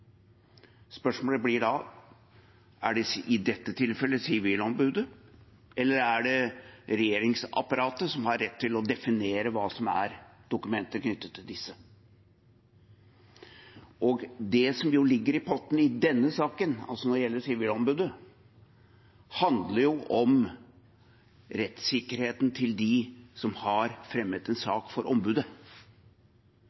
Spørsmålet blir da: Er det i dette tilfellet Sivilombudet eller er det regjeringsapparatet som har rett til å definere hva som er dokumenter knyttet til disse? Det som ligger i potten i denne saken, altså når det gjelder Sivilombudet, handler jo om rettssikkerheten til dem som har fremmet en